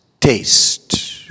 taste